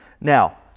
Now